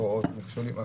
הפרעות, מכשולים.